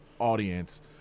audience